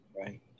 Right